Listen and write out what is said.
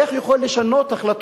איך אתה יכול לשנות החלטות,